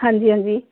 ਹਾਂਜੀ ਹਾਂਜੀ